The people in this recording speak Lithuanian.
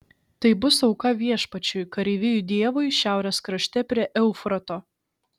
tai bus auka viešpačiui kareivijų dievui šiaurės krašte prie eufrato